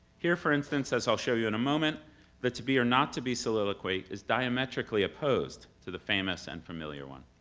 here, for instance, as i'll show you in a moment the to be or not to be soliloquy is diametrically opposed to the famous and familiar one.